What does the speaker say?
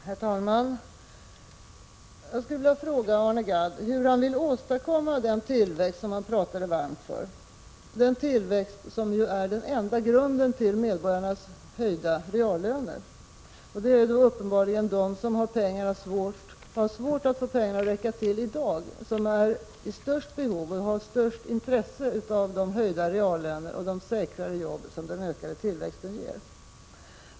Herr talman! Jag skulle vilja fråga Arne Gadd hur han vill åstadkomma den tillväxt som han talade så varmt för — den tillväxt som ju är den enda grunden för medborgarnas höjda reallöner. Det är uppenbarligen de som har svårt att få pengarna att räcka till i dag som är i störst behov av och har störst intresse för de höjda reallöner och de säkrare jobb som den ökade tillväxten ger.